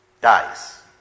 dies